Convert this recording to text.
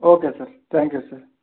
okay sir thank you sir